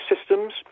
systems